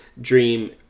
dream